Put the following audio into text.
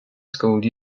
school